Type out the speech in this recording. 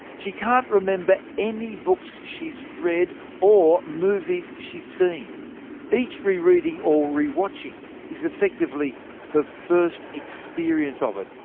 she can't remember any books she's read or movies she's seen each re-reading or re-watching is effectively her first experience of it,